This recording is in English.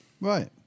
Right